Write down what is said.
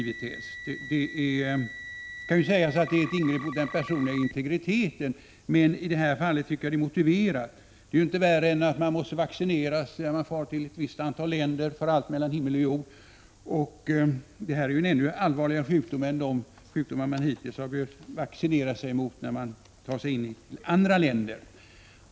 Det kan visserligen sägas att det är ett intrång i den personliga integriteten, men i det här fallet tycker jag det är motiverat. Det är inte värre än att att man måste vaccinera sig mot allt mellan himmel och jord när man far till vissa länder. Aids är ju ännu allvarligare än de sjukdomar som man hittills behövt vaccinera sig mot, innan man tar sig in i andra länder.